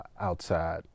outside